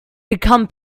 become